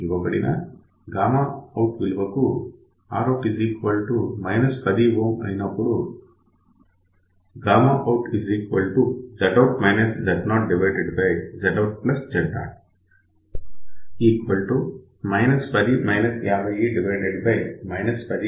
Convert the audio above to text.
ఇవ్వబడిన gamma out విలువకు Rout 10 Ω అయినప్పుడు outZout ZoZoutZo 10 50 1050 60401